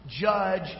judge